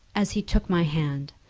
as he took my hand,